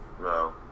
No